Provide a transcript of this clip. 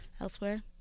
elsewhere